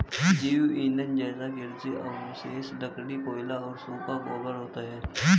जैव ईंधन जैसे कृषि अवशेष, लकड़ी, कोयला और सूखा गोबर होता है